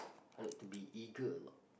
I like to be eager a lot